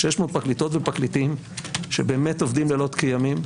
600 פרקליטות ופרקליטים שבאמת עובדים לילות כימים,